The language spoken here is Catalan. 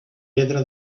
pedra